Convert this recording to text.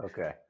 Okay